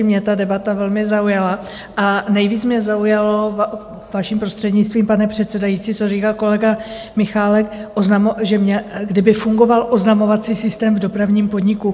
Mě ta debata velmi zaujala a nejvíc mě zaujalo, vaším prostřednictvím, pane předsedající, co říkal kolega Michálek, že kdyby fungoval oznamovací systém v dopravním podniku.